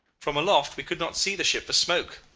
from aloft we could not see the ship for smoke,